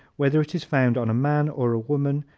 whether it is found on a man or a woman,